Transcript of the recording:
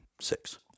Six